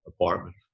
apartment